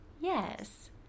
Yes